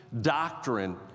doctrine